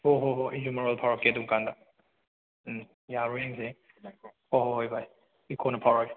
ꯍꯣ ꯍꯣ ꯍꯣ ꯑꯩꯁꯨ ꯃꯔꯣꯜ ꯐꯥꯎꯔꯛꯀꯦ ꯑꯗꯨꯝꯀꯥꯟꯗ ꯎꯝ ꯌꯥꯕ꯭ꯔ ꯌꯦꯡꯁꯦ ꯍꯣ ꯍꯣ ꯍꯣꯏ ꯕꯥꯏ ꯑꯩ ꯀꯣꯟꯅ ꯐꯥꯎꯔꯛꯂꯒꯦ